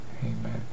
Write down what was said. amen